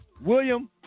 William